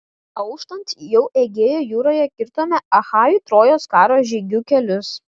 auštant jau egėjo jūroje kirtome achajų trojos karo žygių kelius